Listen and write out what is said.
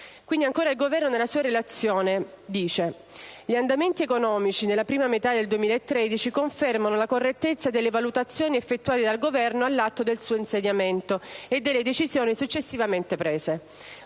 PIL. Ancora. Il Governo nella sua Relazione afferma: «Gli andamenti economici della prima metà del 2013 confermano la correttezza delle valutazioni effettuate dal Governo all'atto del suo insediamento e delle decisioni successivamente prese.